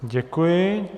Děkuji.